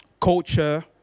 culture